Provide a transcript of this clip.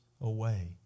away